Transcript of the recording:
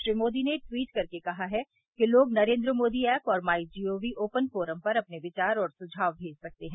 श्री मोदी ने ट्वीट कर के कहा है कि लोग नरेन्द्र मोदी ऐप और my G O V open forum पर अपने विचार और सुझाव भेज सकते हैं